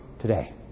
Today